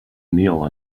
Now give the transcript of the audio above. kneel